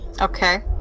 Okay